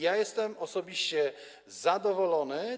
Jestem osobiście zadowolony.